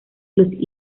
los